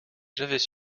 j’avais